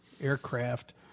aircraft